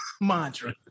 mantra